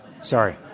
Sorry